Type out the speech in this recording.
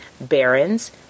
barons